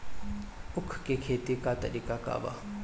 उख के खेती का तरीका का बा?